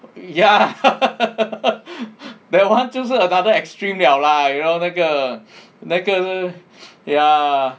ya that one 就是 another extreme liao lah you know 那个那个 ya